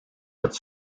het